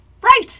Right